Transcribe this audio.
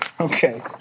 Okay